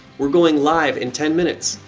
we're going live in ten minutes.